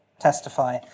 testify